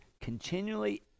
continually